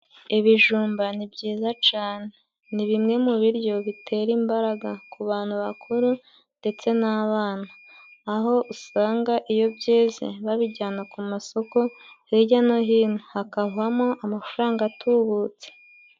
Ibijumba ni byiza cane ni bimwe mu biryo bitera imbaraga ku bantu bakuru ndetse n'abana, aho usanga iyo byeze babijyana ku masoko hijya no hino hakavamo amafaranga atubutse.